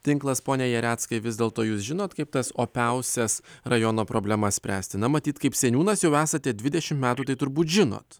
tinklas pone jareckai vis dėlto jūs žinot kaip tas opiausias rajono problemas spręsti na matyti kaip seniūnas jau esate dvidešimt metų tai turbūt žinot